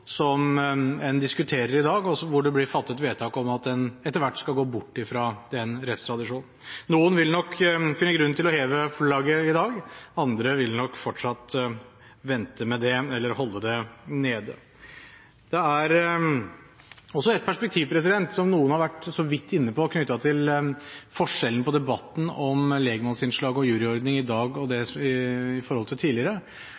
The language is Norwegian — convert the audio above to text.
en diskuterer i dag, hvor det blir fattet vedtak om at en etter hvert skal gå bort fra den rettstradisjonen. Noen vil nok finne grunn til å heve flagget i dag, andre vil nok fortsatt vente med det eller holde det nede. Det er også et perspektiv som noen har vært så vidt inne på knyttet til forskjellen på debatten om lekmannsinnslag og juryordning i dag i forhold til tidligere, nemlig at avstanden mellom lekfolk og «lærd» er mindre i